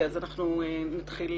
אנחנו נתחיל